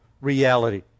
reality